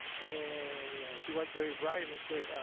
and she was very bright and and said,